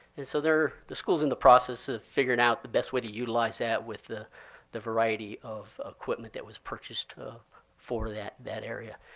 and so the school's in the process of figuring out the best way to utilize that with the the variety of equipment that was purchased for that that area.